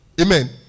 amen